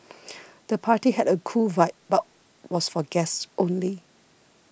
the party had a cool vibe but was for guests only